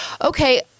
okay